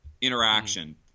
interaction